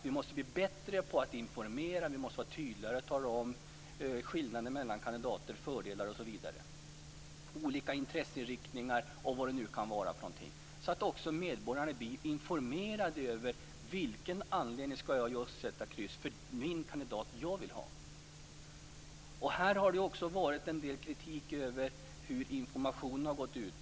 Vi måste bli bättre på att informera och vara tydligare i att tala om skillnader mellan kandidater, fördelar, olika intresseriktning osv., så att medborgarna blir informerade om av vilken anledning de skall sätta kryss för just den kandidat som de vill ha. Det har också riktats en del kritik mot hur informationen har gått ut.